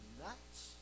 nuts